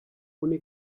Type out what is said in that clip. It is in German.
ohne